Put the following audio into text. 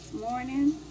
morning